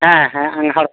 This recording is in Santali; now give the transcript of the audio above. ᱦᱮᱸ ᱦᱮᱸ ᱟᱸᱜᱷᱟᱬ